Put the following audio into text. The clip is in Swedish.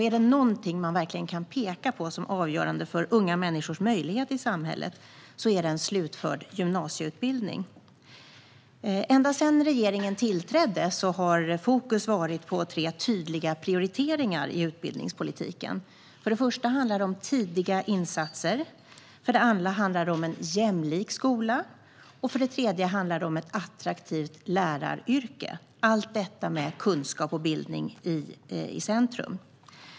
Är det något man kan peka på som avgörande för unga människors möjligheter i samhället är det en slutförd gymnasieutbildning. Ända sedan regeringen tillträdde har fokus varit på tre tydliga prioriteringar i utbildningspolitiken. För det första handlar det om tidiga insatser, för det andra handlar det om en jämlik skola och för det tredje handlar det om ett attraktivt läraryrke - allt detta med kunskap och bildning i centrum.